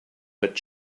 but